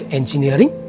Engineering